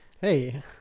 Hey